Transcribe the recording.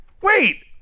wait